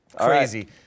Crazy